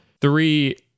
three